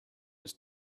his